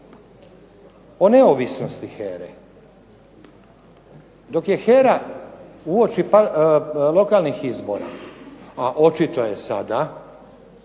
o neovisnosti HERA-e. Dok je HERA uoči lokalnih izbora, a očito je sada,